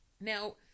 Now